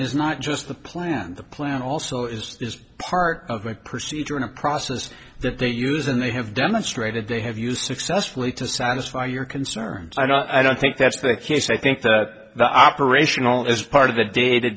is not just the plan the plan also is part of my procedure in a process that they use and they have demonstrated they have used successfully to satisfy your concerns and i don't think that's the case i think that the operational is part of the day to